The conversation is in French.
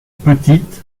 petite